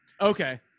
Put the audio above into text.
Okay